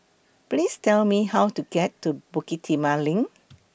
Please Tell Me How to get to Bukit Timah LINK